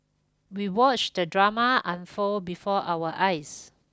we watched the drama unfold before our eyes